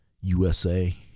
USA